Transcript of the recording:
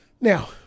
Now